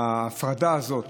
ההפרדה הזאת